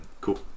Cool